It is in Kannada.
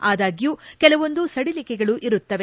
ಆದಾಗ್ಡೂ ಕೆಲವೊಂದು ಸಡಿಲಿಕೆಗಳು ಇರುತ್ತವೆ